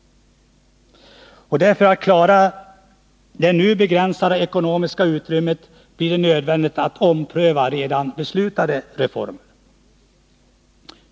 För att klara begränsningen av det ekonomiska utrymmet blir det nödvändigt att ompröva redan beslutade reformer.